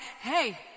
Hey